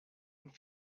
and